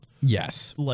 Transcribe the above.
Yes